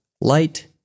light